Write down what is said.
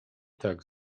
tak